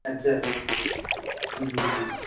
اچھا جی جی